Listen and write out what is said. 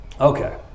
Okay